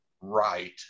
right